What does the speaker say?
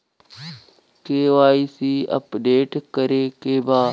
KYC update करे के बा?